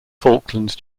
falklands